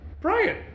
Brian